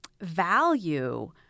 value